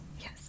Yes